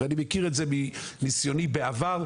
ואני מכיר את זה מניסיוני בעבר,